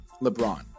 LeBron